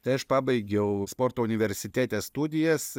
tai aš pabaigiau sporto universitete studijas